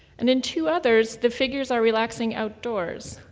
and in two others, the figures are relaxing outdoors,